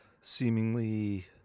seemingly